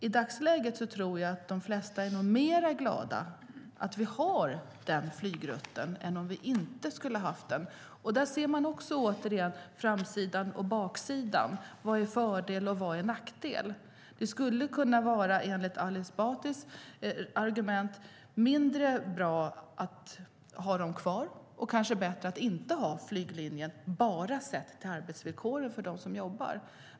I dagsläget tror jag att de flesta är glada att vi har den flygrutten, och där ser man återigen framsidan och baksidan. Vad är fördel och vad är nackdel? Det skulle med Ali Esbatis argument kunna vara mindre bra att ha flyglinjen kvar och kanske bättre att inte ha den om man bara ser till arbetsvillkoren för dem som jobbar.